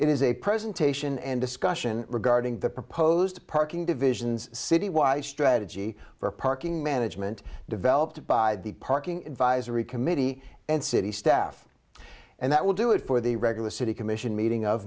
it is a presentation and discussion regarding the proposed parking divisions citywide strategy for parking management developed by the parking advisory committee and city staff and that will do it for the regular city commission meeting of